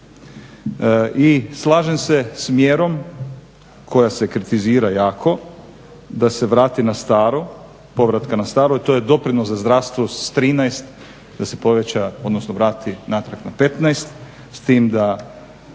i slažem se s mjerom koja se kritizira jako da se vrati na staro, povratka na staro i to je doprinos za zdravstvo, s 13 da se poveća odnosno vrati natrag na 15 s tim da